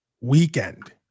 weekend